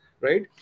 Right